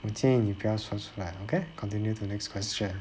我建议你不要说出来 okay continue to next question